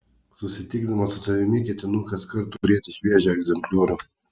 susitikdamas su tavimi ketinu kaskart turėti šviežią egzempliorių